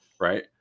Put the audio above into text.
right